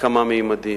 בכמה ממדים.